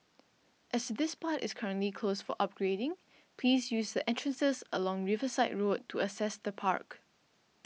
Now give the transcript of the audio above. as this part is currently closed for upgrading please use entrances along Riverside Road to access the park